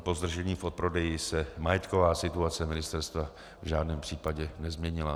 Pozdržením v odprodeji se majetková situace ministerstva v žádném případě nezměnila.